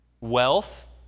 Wealth